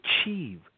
achieve